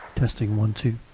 testing, one, two.